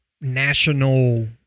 national